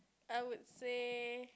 I would say